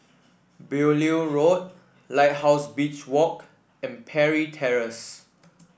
Beaulieu Road Lighthouse Beach Walk and Parry Terrace